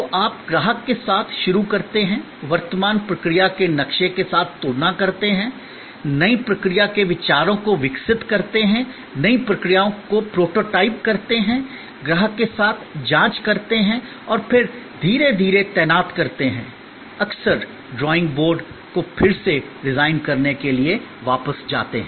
तो आप ग्राहक के साथ शुरू करते हैं वर्तमान प्रक्रिया के नक्शे के साथ तुलना करते हैं नई प्रक्रिया के विचारों को विकसित करते हैं नई प्रक्रियाओं को प्रोटोटाइप करते हैं ग्राहक के साथ जांच करते हैं और फिर धीरे धीरे तैनात करते हैं अक्सर ड्राइंग बोर्ड को फिर से डिज़ाइन करने के लिए वापस जाते हैं